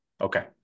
Okay